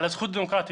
על הזכות לדמוקרטיה,